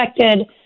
affected